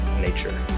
nature